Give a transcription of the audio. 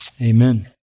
Amen